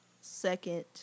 second